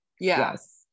Yes